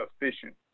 efficient